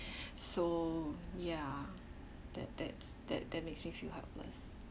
so ya that that's that that makes me feel helpless